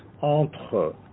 entre